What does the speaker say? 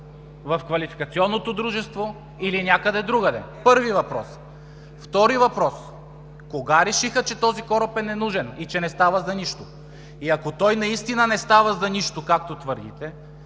в Квалификационното дружество или някъде другаде? Първи въпрос. Втори въпрос: кога решиха, че този кораб е ненужен и че не става за нищо? Ако той наистина не става за нищо, както твърдите,